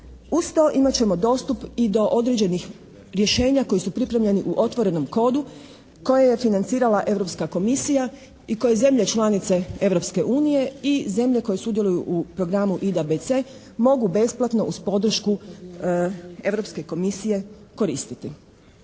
Uz to imat ćemo dostup i do određenih rješenja koji su pripremljeni u otvorenom kodu koje je financirala Europska komisija i koje zemlje članice Europske unije i zemlje koje sudjeluju u programu IDBC mogu besplatno uz podršku Europske komisije koristiti.